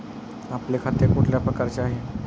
आपले खाते कुठल्या प्रकारचे आहे?